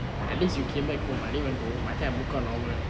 at least you came back home I didn't even go home I think I book out normal